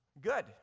Good